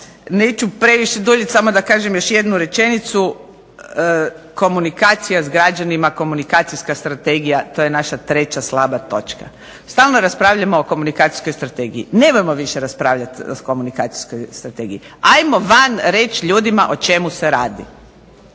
neću previše duljiti samo da kažem još jednu rečenicu. Komunikacija s građanima, komunikacijska strategija to je naša treća slaba točka. Stalno raspravljamo o Komunikacijskoj strategiji. Nemojmo više raspravljati o Komunikacijskoj strategiji. Ajmo van reći ljudima o čemu se radi.